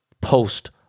post